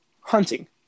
hunting